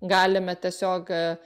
galime tiesiog